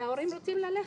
וההורים רוצים ללכת,